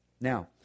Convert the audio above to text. Now